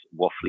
waffly